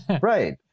Right